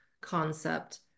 concept